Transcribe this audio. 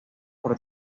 por